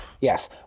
Yes